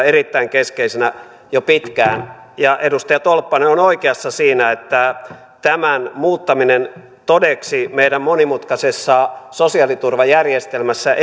erittäin keskeisenä jo pitkään ja edustaja tolppanen on on oikeassa siinä että tämän muuttaminen todeksi meidän monimutkaisessa sosiaaliturvajärjestelmässämme